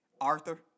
Arthur